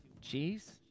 cheese